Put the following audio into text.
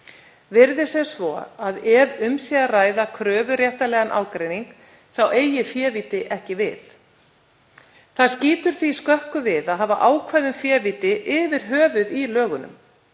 Virðist vera að ef um sé að ræða kröfuréttarlegan ágreining þá eigið févíti ekki við. Það skýtur því skökku við að hafa ákvæði um févíti yfir höfuð í lögunum